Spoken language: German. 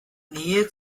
nähe